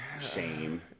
shame